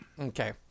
Okay